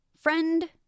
friend